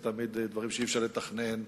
אלה תמיד דברים שאי-אפשר לתכנן,